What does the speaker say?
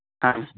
हा